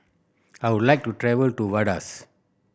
I would like to travel to Vaduz